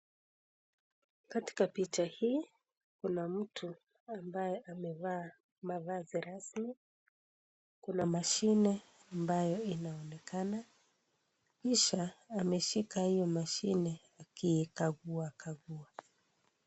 Katika picha hii, kuna mtu ambaye amevaa mavazi rasmi, kuna mashine ambayo inaonekana, kisha ameshika iyo mashine akiikaguakagua.